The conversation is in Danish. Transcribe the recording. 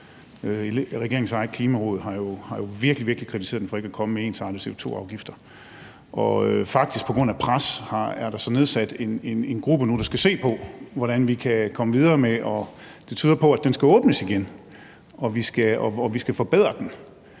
Regeringens eget klimaråd har jo virkelig, virkelig kritiseret den for ikke at komme med ensartede CO2-afgifter, og på grund af pres er der så faktisk nedsat en gruppe nu, der skal se på, hvordan vi kan komme videre, og det tyder på, at aftalen skal åbnes igen, og at vi skal forbedre den.